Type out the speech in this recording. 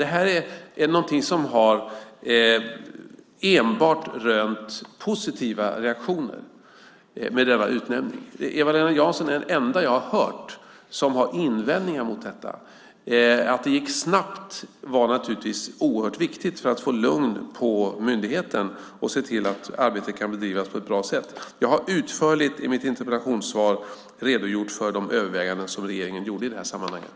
Denna utnämning är något som enbart har rönt positiva reaktioner. Eva-Lena Jansson är den enda jag har hört som har invändningar mot detta. Att det gick snabbt var naturligtvis oerhört viktigt för att få lugn på myndigheten och se till att arbetet kan bedrivas på ett bra sätt. Jag har utförligt i mitt interpellationssvar redogjort för de överväganden som regeringen gjorde i det här sammanhanget.